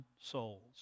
souls